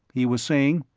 he was saying.